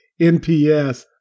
NPS